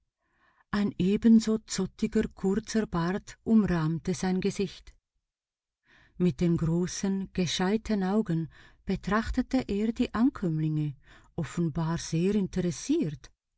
ein ebenso zottiger kurzer bart umrahmte sein gesicht mit den großen gescheiten augen betrachtete er die ankömmlinge offenbar sehr interessiert